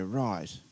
right